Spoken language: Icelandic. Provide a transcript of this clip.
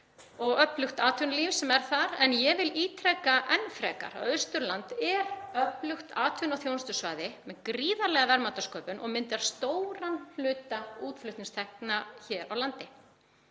og öflugt atvinnulíf sem er þar. En ég vil ítreka enn frekar að Austurland er öflugt atvinnu- og þjónustusvæði með gríðarlega verðmætasköpun og myndar stóran hluta útflutningstekna hér á landi.